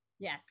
Yes